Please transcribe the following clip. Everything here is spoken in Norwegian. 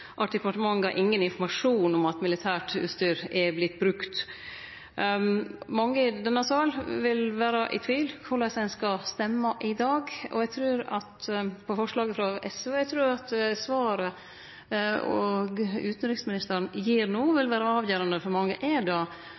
at departementet har ingen informasjon om at militært utstyr har vorte brukt. Mange i denne salen vil vere i tvil om korleis ein i dag skal stemme når det gjeld forslaget frå SV, og eg trur svaret utanriksministeren gjev no, vil vere avgjerande for mange. Er